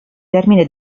termine